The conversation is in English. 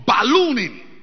Ballooning